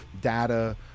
data